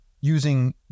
using